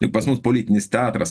ir pas mus politinis teatras